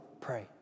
pray